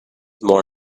more